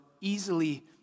easily